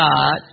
God